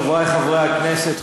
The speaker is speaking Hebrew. חברי חברי הכנסת,